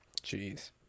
Jeez